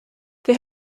they